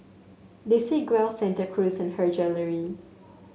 Desigual Santa Cruz and Her Jewellery